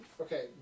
Okay